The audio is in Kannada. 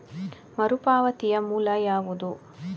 ಮರುಪಾವತಿಯ ಮೂಲ ಯಾವುದು?